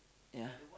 ya